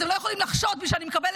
אתם לא יכולים לחשוד בי שאני מקבלת